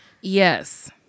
Yes